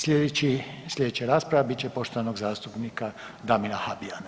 Sljedeći, sljedeća rasprava bit će poštovanog zastupnika Damira Habijana.